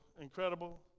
incredible